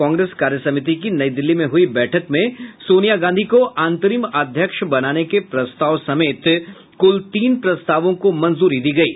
कांग्रेस कार्यसमिति की नई दिल्ली में हुई बैठक में सोनिया गांधी को अंतरिम अध्यक्ष बनाने के प्रस्ताव समेत कुल तीन प्रस्तावों को मंजूरी दी गयी